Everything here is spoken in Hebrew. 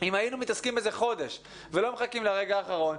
אם היינו מתעסקים בזה חודש לפני כן ולא מ כים לרגע האחרון,